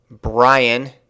Brian